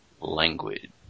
language